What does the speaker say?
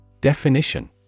Definition